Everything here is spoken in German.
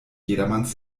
jedermanns